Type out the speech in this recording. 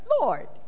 Lord